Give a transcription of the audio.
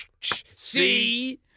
see